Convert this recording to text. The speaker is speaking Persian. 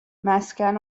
مسکن